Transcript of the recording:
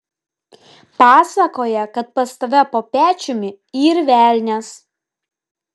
pasakoja kad pas tave po pečiumi yr velnias